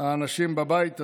האנשים בבית הזה,